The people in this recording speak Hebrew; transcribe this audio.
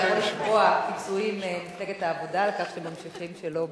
אתה יכול לתבוע פיצויים ממפלגת העבודה על כך שאתם ממשיכים שלא,